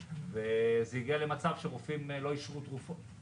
וזה הגיע למצב שרופאים לא אישרו תרופות.